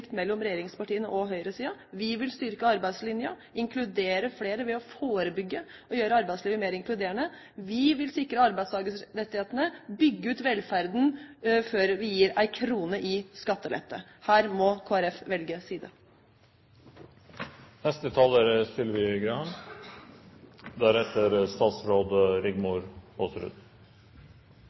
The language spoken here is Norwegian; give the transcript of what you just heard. mellom regjeringspartiene og høyresiden. Vi vil styrke arbeidslinja, inkludere flere ved å forebygge og gjøre arbeidslivet mer inkluderende. Vi vil sikre arbeidstakerrettighetene og bygge ut velferden før vi gir en krone i skattelette. Her må Kristelig Folkeparti velge side.